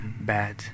bad